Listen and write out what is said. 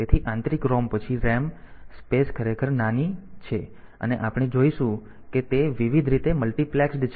તેથી આંતરિક ROM પછી રેમ સ્પેસ ખરેખર નાની 128 બાઇટ્સ bytes છે અને આપણે જોઈશું કે તે વિવિધ રીતે મલ્ટિપ્લેક્સ્ડ છે